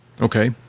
Okay